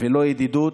ולא ידידות,